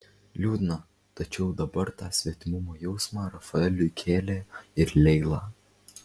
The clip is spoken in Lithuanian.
liūdna tačiau dabar tą svetimumo jausmą rafaeliui kėlė ir leila